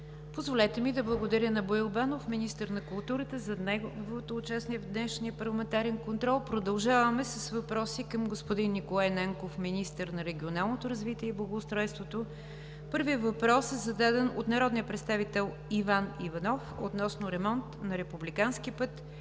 Позволете ми да благодаря на Боил Банов – министър на културата, за неговото участие в днешния парламентарен контрол. Продължаваме с въпроси към господин Николай Ненков – министър на регионалното развитие и благоустройството. Първият въпрос е зададен от народния представител Иван Иванов относно ремонт на Републикански път